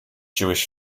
jewish